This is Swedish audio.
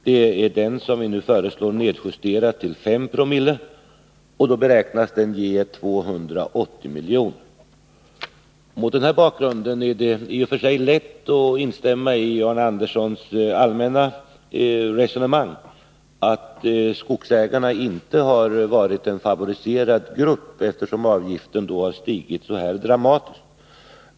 Det är den som vi nu föreslår nedjusterad till 5 co från den 1 juli, och då beräknas den ge 280 milj.kr. Mot den här bakgrunden är det i och för sig lätt att instämma i Arne Anderssons i Ljung allmänna resonemang, att skogsägarna inte har varit en favoriserad grupp eftersom avgiften har stigit så dramatiskt.